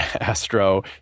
Astro